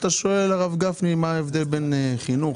שאתה שואל מה ההבדל בין חינוך,